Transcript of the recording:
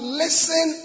listen